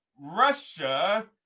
Russia